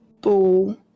ball